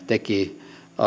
tekivät